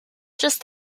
just